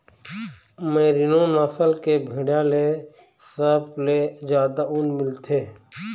merino नसल के भेड़िया ले सबले जादा ऊन मिलथे